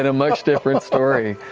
and much different story.